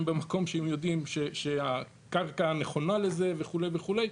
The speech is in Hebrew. במקום שהם יודעים שהקרקע היא הנכונה בשביל זה וכולי וכולי,